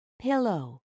Pillow